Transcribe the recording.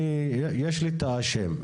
יש לי את האשם.